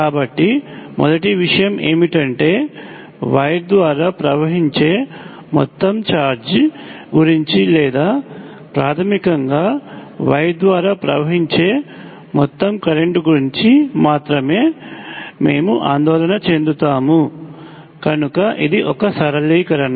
కాబట్టి మొదటి విషయం ఏమిటంటే వైర్ ద్వారా ప్రవహించే మొత్తం ఛార్జ్ గురించి లేదా ప్రాథమికంగా వైర్ ద్వారా ప్రవహించే మొత్తం కరెంట్ గురించి మాత్రమే మేము ఆందోళన చెందుతాము కనుక ఇది ఒక సరళీకరణ